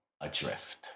adrift